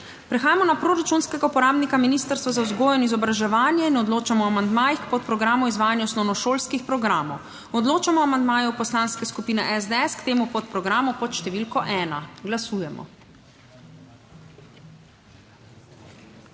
Prehajamo na proračunskega uporabnika Ministrstvo za vzgojo in izobraževanje. Odločamo o amandmajih k podprogramu Izvajanje osnovnošolskih programov. Odločamo o amandmaju Poslanske skupine SDS k temu podprogramu pod številko 1. Glasujemo.